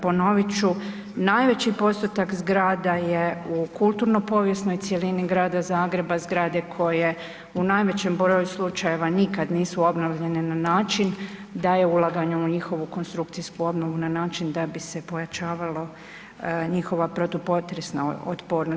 Ponovit ću, najveći postotak zgrada je u kulturno-povijesnoj cjelini grada Zagreba zgrade koje u najvećem broju slučajeva nikad nisu obnovljene na način da je ulaganjem u njihovu konstrukcijsku obnovu na način da bi se pojačavalo njihova protupotresna otpornost.